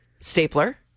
stapler